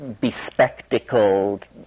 bespectacled